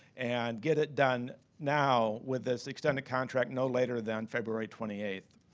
and get it done now with this extended contract no later than february twenty eighth.